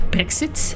Brexit